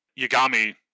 Yagami